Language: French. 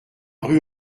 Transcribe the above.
rue